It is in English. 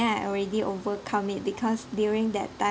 I already overcome it because during that time